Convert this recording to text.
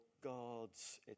God's